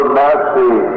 mercy